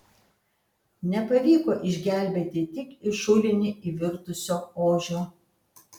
nepavyko išgelbėti tik į šulinį įvirtusio ožio